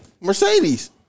Mercedes